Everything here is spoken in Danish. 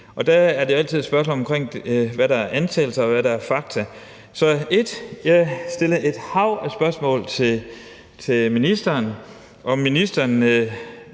og der er det altid et spørgsmål om, hvad der er antagelser, og hvad der er fakta. Som det første stillede jeg et hav af spørgsmål til ministeren: om ministeren